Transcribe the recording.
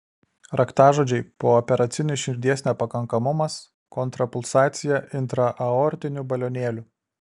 raktažodžiai pooperacinis širdies nepakankamumas kontrapulsacija intraaortiniu balionėliu